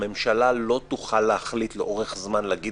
הממשלה לא תוכל להחליט לאורך זמן להגיד